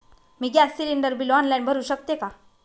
मी gas cylinder bill online भरु शकते का?